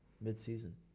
mid-season